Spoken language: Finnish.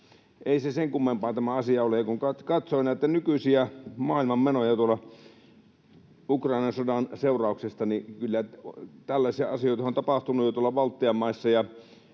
Ei se sen kummempi tämä asia ole. Kun katsoo näitä nykyisiä maailman menoja Ukrainan sodan seurauksista, niin kyllähän tällaisia asioita on tapahtunut jo tuolla Baltian maissa